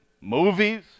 movies